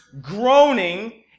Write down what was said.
groaning